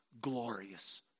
glorious